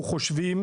אנחנו חושבים,